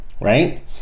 right